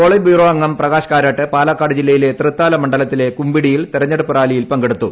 polit bureau അംഗം പ്രകാശ് കാരാട്ട് പാലക്കാട് ജില്ലയിലെ ത്രിത്താല മണ്ഡലത്തിലെ കുമ്പിടിയിൽ തെരഞ്ഞെടുപ്പ് റാലിയിൽ പങ്കെടുത്തു